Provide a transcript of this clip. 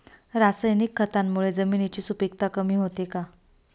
रासायनिक खतांमुळे जमिनीची सुपिकता कमी होते का?